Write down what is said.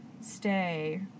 stay